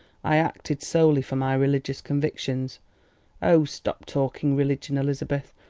i acted solely from my religious convictions oh, stop talking religion, elizabeth,